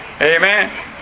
Amen